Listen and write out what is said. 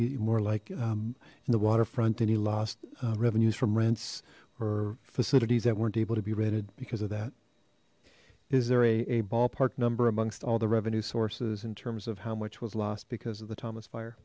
be more like in the waterfront any lost revenues from rents or facilities that weren't able to be rated because of that is there a a ballpark number amongst all the revenue sources in terms of how much was lost because of the thomas fire